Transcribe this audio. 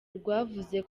rwavuze